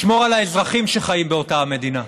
לשמור על האזרחים שחיים באותה המדינה.